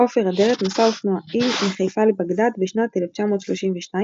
עופר אדרת, מסע אופנועים מחיפה לבגדאד בשנת 1932,